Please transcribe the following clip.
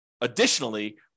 additionally